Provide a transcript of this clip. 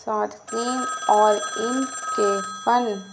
صارقین اور ان کے فن